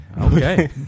Okay